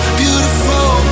beautiful